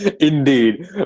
Indeed